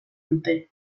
dute